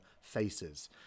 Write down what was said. faces